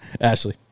Ashley